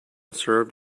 served